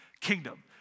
kingdom